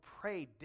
pray